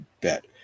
bet